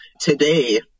today